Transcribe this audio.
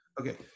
Okay